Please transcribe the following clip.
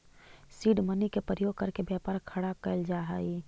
seed money के प्रयोग करके व्यापार खड़ा कैल जा हई